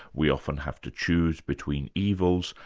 we often have to choose between evils,